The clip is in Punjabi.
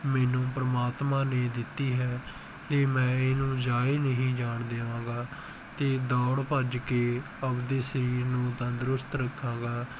ਮੈਨੂੰ ਪਰਮਾਤਮਾ ਨੇ ਦਿੱਤੀ ਹੈ ਅਤੇ ਮੈਂ ਇਹਨੂੰ ਜਾਏ ਨਹੀਂ ਜਾਣ ਦੇਵਾਂਗਾ ਅਤੇ ਦੌੜ ਭੱਜ ਕੇ ਆਪ ਦੇ ਸਰੀਰ ਨੂੰ ਤੰਦਰੁਸਤ ਰੱਖਾਂਗਾ